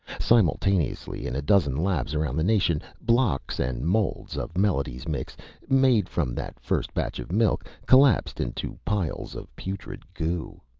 simultaneously, in a dozen labs around the nation, blocks and molds of melody's mix made from that first batch of milk, collapsed into piles of putrid goo.